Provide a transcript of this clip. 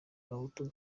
gahutu